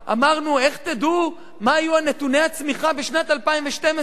אמרנו: איך תדעו מה יהיו נתוני הצמיחה בשנת 2012?